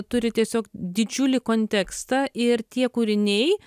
turi tiesiog didžiulį kontekstą ir tie kūriniai